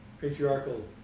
patriarchal